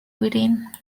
within